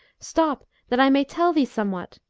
stop, that i may tell thee somewhat